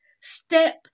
Step